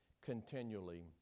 continually